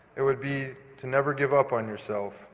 it would be to never give up on yourself.